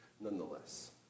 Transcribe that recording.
Nonetheless